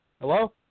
Hello